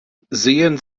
sehen